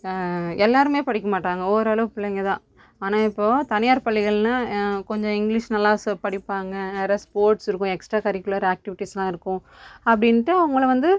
எல்லாேருமே படிக்க மாட்டாங்க ஓரளவு பிள்ளைங்கதான் ஆனால் இப்போது தனியார் பள்ளிகள்னால் கொஞ்சம் இங்கிலீஷ் நல்லா படிப்பாங்க நிறையா ஸ்போட்ஸ் இருக்கும் எக்ஸ்ட்டா கரிக்குலர் ஆக்ட்டிவிடிஸெலாம் இருக்கும் அப்படின்ட்டு அவங்கள வந்து